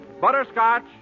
butterscotch